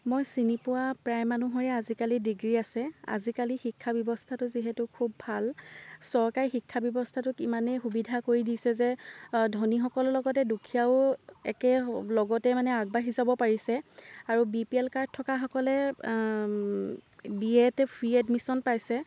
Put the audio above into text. মই চিনি পোৱা প্ৰায় মানুহৰে আজিকালি ডিগ্ৰী আছে আজিকালি শিক্ষাব্যৱস্থাটো যিহেতু খুব ভাল চৰকাৰী শিক্ষাব্যৱস্থাটোত ইমানে সুবিধা কৰি দিছে যে ধনীসকলৰ লগতে দুখীয়ায়ো একে লগতে মানে আগবাঢ়ি যাব পাৰিছে আৰু বি পি এল কাৰ্ড থকাসকলে বি এতে ফ্ৰি এডমিচন পাইছে